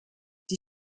die